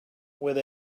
with